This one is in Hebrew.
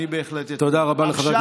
בהחלט אתמוך.